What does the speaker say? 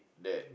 that